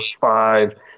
five